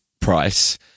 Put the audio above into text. price